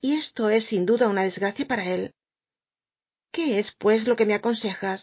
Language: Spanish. y esto es sin duda una desgracia para él qué es pues lo que me aconsejas